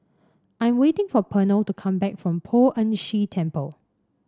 I'm waiting for Pernell to come back from Poh Ern Shih Temple